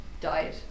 died